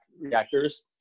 reactors